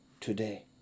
today